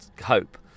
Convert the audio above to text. hope